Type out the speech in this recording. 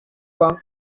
kong